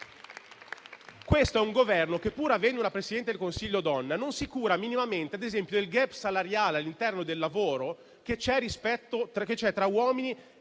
Questo è il Governo che, pur avendo un Presidente del Consiglio donna, non si cura minimamente, ad esempio, del gap salariale all'interno del mondo del lavoro tra uomini